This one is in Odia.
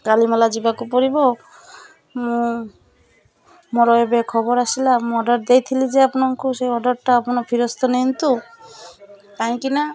କାଳିମେଲା ଯିବାକୁ ପଡ଼ିବ ମୁଁ ମୋର ଏବେ ଖବର ଆସିଲା ମୁଁ ଅର୍ଡ଼ର୍ ଦେଇଥିଲି ଯେ ଆପଣଙ୍କୁ ସେଇ ଅର୍ଡ଼ର୍ଟା ଆପଣ ଫେରସ୍ତ ନିଅନ୍ତୁ କାହିଁକିନା